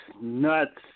Nuts